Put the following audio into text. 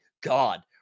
god